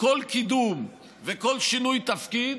כל קידום וכל שינוי תפקיד